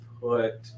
put